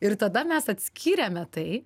ir tada mes atskyrėme tai